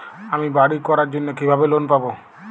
আমি বাড়ি করার জন্য কিভাবে লোন পাব?